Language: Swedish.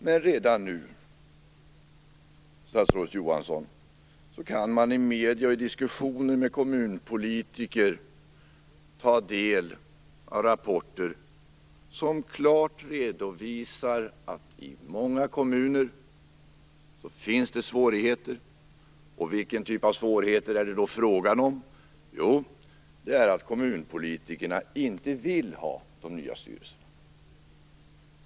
Men redan nu, statsrådet Johansson, kan man i medier och i diskussioner med kommunpolitiker ta del av rapporter som klart redovisar att det i många kommuner finns svårigheter. Vilken typ av svårigheter är det fråga om? Jo, det är att kommunpolitikerna inte vill ha de nya styrelserna.